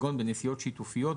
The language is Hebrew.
כגון בנסיעות שיתופיות,